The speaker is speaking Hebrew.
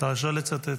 אתה רשאי לצטט.